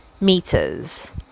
meters